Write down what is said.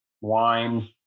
wine